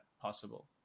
possible